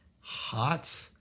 Hot